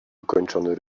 ukończony